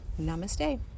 Namaste